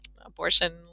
abortion